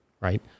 Right